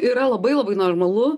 yra labai labai normalu